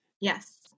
Yes